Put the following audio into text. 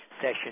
session